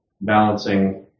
balancing